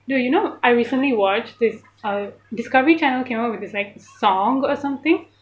no you know I recently watched this uh discovery channel camera with this like song or something